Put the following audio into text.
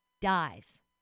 dies